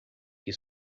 que